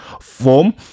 form